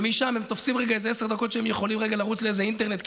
ומשם הם תופסים איזה עשר דקות שבהן הם יכולים לרוץ ולתפוס איזה אינטרנט,